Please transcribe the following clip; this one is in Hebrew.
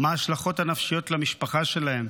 מה ההשלכות הנפשיות למשפחה שלהם?